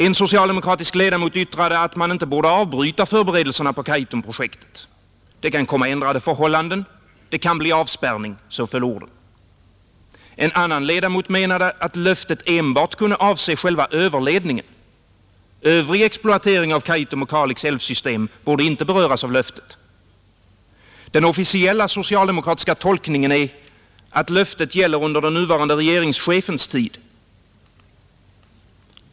En socialdemokratisk ledamot yttrade att man inte borde avbryta förberedelserna på Kaitumprojektet — det kan komma ändrade förhållanden, det kan bli avspärrning — så föll orden. En annan ledamot menade att löftet enbart kunde avse själva överledningen, Övrig exploatering av Kaitum och Kalix älvsystem borde inte beröras av löftet. Den officiella socialdemokratiska tolkningen är att löftet gäller under den nuvarande regeringschefens tid.